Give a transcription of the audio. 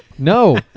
No